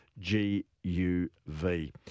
GUV